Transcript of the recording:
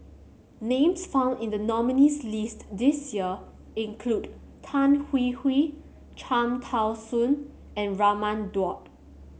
names found in the nominees' list this year include Tan Hwee Hwee Cham Tao Soon and Raman Daud